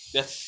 Yes